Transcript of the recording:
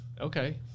Okay